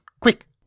quick